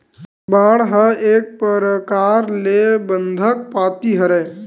bond ह एक परकार ले बंधक पाती हरय